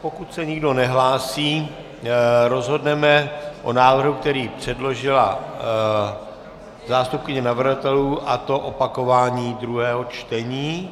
Pokud se nikdo nehlásí, rozhodneme o návrhu, který předložila zástupkyně navrhovatelů, a to opakování druhého čtení.